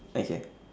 okay